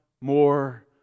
more